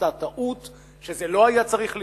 שנעשתה טעות, שזה לא היה צריך להיות,